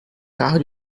carro